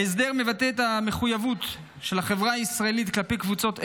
ההסדר מבטא את המחויבות של החברה הישראלית כלפי קבוצות אלו,